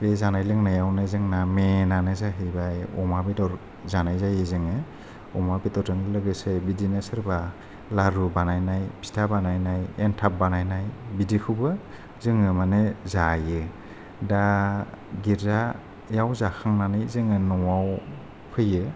बे जानाय लोंनाआवनो जोंना मेनआनो जाहैबाय अमा बेदर जानाय जायो जोङो अमा बेदरजों लोगोसे बिदिनो सोरबा लारु बानायनाय फिथा बानायनाय एनथाब बानायनाय बिदिखौबो जोङो माने जायो दा गिर्जायाव जाखांनानै जोङो न'आव फैयो